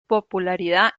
popularidad